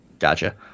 Gotcha